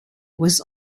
was